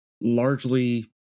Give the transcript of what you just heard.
largely